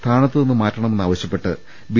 സ്ഥാനത്തുനിന്ന് മാറ്റണമെന്ന് ആവശ്യപ്പെട്ട് ബി